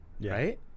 right